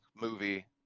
movie